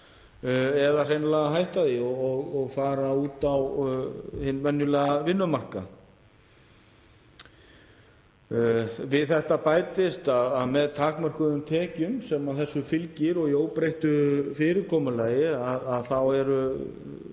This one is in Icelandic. eða hreinlega hætta því og fara út á hinn venjulega vinnumarkað. Við þetta bætist að með takmörkuðum tekjum sem þessu fylgir og í óbreyttu fyrirkomulagi þá